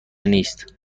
نیست